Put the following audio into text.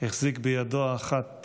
החזיק בידו האחת